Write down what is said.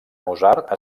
mozart